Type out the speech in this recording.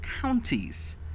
counties